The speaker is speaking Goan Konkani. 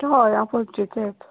हय हांव पणजेचे